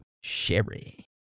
Sherry